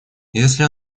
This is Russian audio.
если